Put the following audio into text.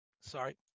Sorry